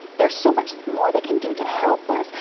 there is so much more they can do to help us.